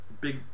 big